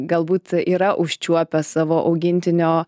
galbūt yra užčiuopę savo augintinio